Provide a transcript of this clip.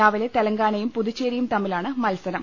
രാവിലെ തെലങ്കാനയും പുതുച്ചേരിയും തമ്മിലാണ് മത്സരം